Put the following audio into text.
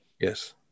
Yes